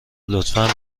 لطفا